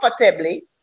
comfortably